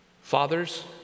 Fathers